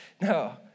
No